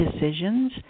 decisions